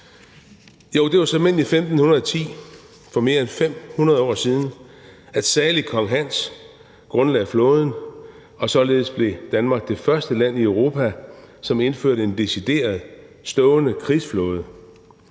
Jo, det var såmænd i 1510, for mere end 500 år siden, at salig kong Hans grundlagde flåden, og således blev Danmark det første land i Europa, som indførte en decideret stående krigsflåde.